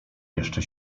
jeszcze